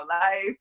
life